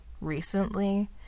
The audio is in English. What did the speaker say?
recently